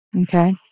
Okay